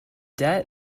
debt